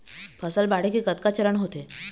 फसल बाढ़े के कतका चरण होथे?